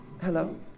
Hello